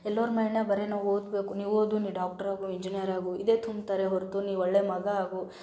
ಎಲ್ಲರ ಮೈಂಡಿನ್ಯಾಗ ಬರೀ ನಾವು ಓದ್ಬೇಕು ನೀನು ಓದು ನೀನು ಡಾಕ್ಟ್ರಾಗು ಇಂಜಿನಿಯರಾಗು ಇದೇ ತುಂಬ್ತಾರೆ ಹೊರತು ನೀನು ಒಳ್ಳೆಯ ಮಗ ಆಗು